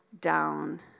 down